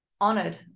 honored